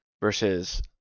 versus